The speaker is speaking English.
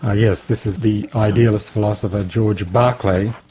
ah yes, this is the idealist philosopher george berkeley.